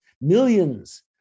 millions